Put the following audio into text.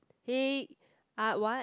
hey uh what